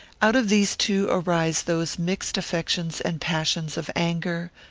out of these two arise those mixed affections and passions of anger,